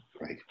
Right